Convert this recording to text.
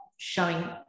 showing